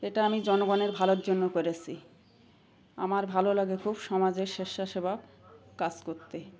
এটা আমি জনগণের ভালোর জন্য করেছি আমার ভালো লাগে খুব সমাজের স্বেচ্ছা সেবা কাজ করতে